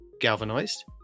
Galvanized